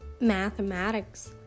Mathematics